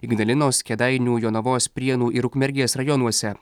ignalinos kėdainių jonavos prienų ir ukmergės rajonuose